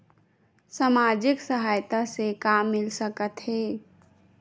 सामाजिक सहायता से का मिल सकत हे?